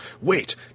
wait